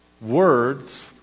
words